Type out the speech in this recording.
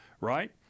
right